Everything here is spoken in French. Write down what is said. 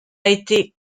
été